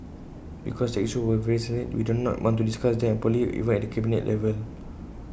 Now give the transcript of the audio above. because tax issues were very sensitive we did not want to discuss them openly even at the cabinet level